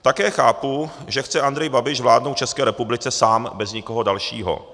Také chápu, že chce Andrej Babiš vládnout České republice sám, bez nikoho dalšího.